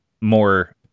more